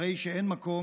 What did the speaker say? הרי שאין מקום,